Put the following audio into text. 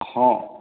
ହଁ